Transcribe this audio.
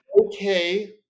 okay